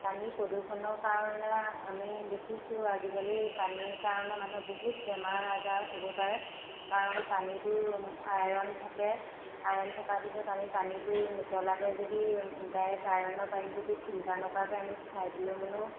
পানী প্ৰদূষণৰ কাৰণে আমি দেখিছোঁ আজিকালি পানীৰ কাৰণে মানে বহুত বেমাৰ আজাৰ হ'ব পাৰে কাৰণ পানীতো আয়ৰণ থাকে আয়ৰণ থকাৰ পিছত আমি পানীটো নোতলাকে যদি ডাইৰেক্ত আয়ৰণৰ পানীটো যদি ফিল্টাৰ নকৰাকে আমি খাই দিলেও মানে